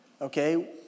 Okay